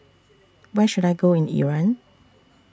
Where should I Go in Iran